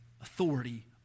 authority